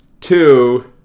two